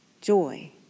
joy